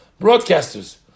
broadcasters